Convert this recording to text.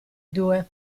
due